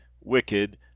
wicked